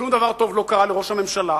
שום דבר טוב לא קרה לראש הממשלה,